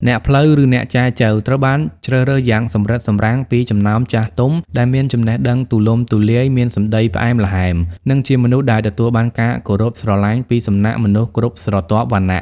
អ្នកផ្លូវ ឬ "អ្នកចែចូវ" ត្រូវបានជ្រើសរើសយ៉ាងសម្រិតសម្រាំងពីចំណោមចាស់ទុំដែលមានចំណេះដឹងទូលំទូលាយ មានសម្តីផ្អែមល្ហែម និងជាមនុស្សដែលទទួលបានការគោរពស្រឡាញ់ពីសំណាក់មនុស្សគ្រប់ស្រទាប់វណ្ណៈ។